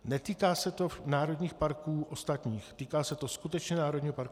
Netýká se to národních parků ostatních, týká se to skutečně Národního parku Šumava.